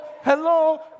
hello